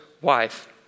wife